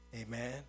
Amen